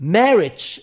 marriage